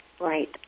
Right